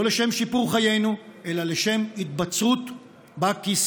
לא לשם שיפור חיינו, אלא לשם התבצרות בכיסא.